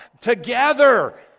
Together